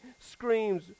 screams